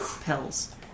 pills